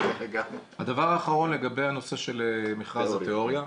הדבר האחרון לגבי הנושא של מכרז התיאוריה,